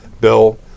Bill